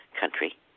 country